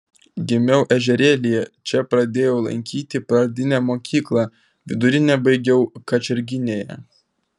gimiau ežerėlyje čia pradėjau lankyti pradinę mokyklą vidurinę baigiau kačerginėje